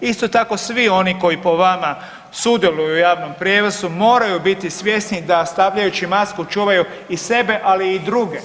Isto tako svi oni koji po vama sudjeluju u javnom prijevozu moraju biti svjesni da stavljajući masku čuvaju i sebe, ali i druge.